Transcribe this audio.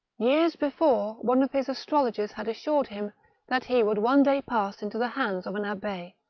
years before, one of his astrologers had assured him that he would one day pass into the hands of an a b